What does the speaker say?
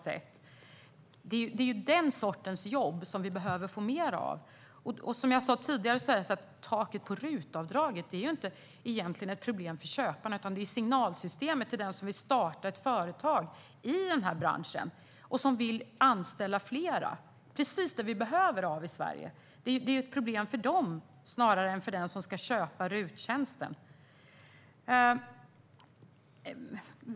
Det är den sortens jobb som vi behöver få mer av. Som jag sa tidigare är taket på RUT-avdraget egentligen inte ett problem för köparna. Det handlar i stället om signalsystemet när det gäller dem som vill starta ett företag i denna bransch och som vill anställa fler. Det är precis det som vi behöver i Sverige. Det är ett problem för dem snarare än för dem som ska köpa RUT-tjänsterna.